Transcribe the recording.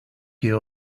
here